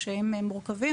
שהם מורכבים,